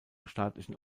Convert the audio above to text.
staatlichen